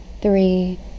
Three